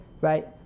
Right